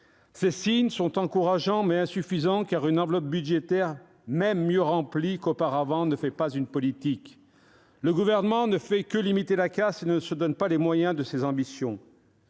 Ces signes sont encourageants, mais insuffisants, car une enveloppe budgétaire, même mieux dotée qu'auparavant, ne fait pas une politique. Le Gouvernement ne fait que limiter la casse et ne se donne pas les moyens de ses ambitions.